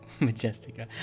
Majestica